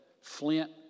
Flint